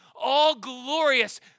all-glorious